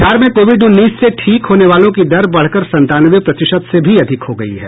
बिहार में कोविड उन्नीस से ठीक होने वालों की दर बढ़कर संतानवे प्रतिशत से भी अधिक हो गयी है